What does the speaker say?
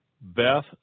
Beth